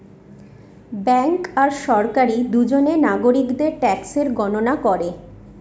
bank আর সরকারি দুজনে নাগরিকদের ট্যাক্সের গণনা করে